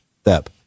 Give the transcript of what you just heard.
step